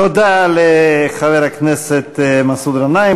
תודה לחבר הכנסת מסעוד גנאים.